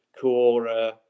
core